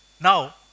Now